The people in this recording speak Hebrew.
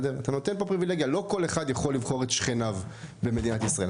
לא כל אחד יכול לבחור את שכניו במדינת ישראל.